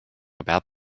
about